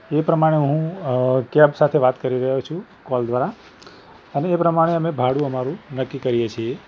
એ પ્રમાણે હું કૅબ સાથે વાત કરી રહ્યો છું કૉલ દ્વારા અને એ પ્રમાણે અમે ભાડું અમારું નક્કી કરીએ છીએ